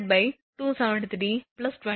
98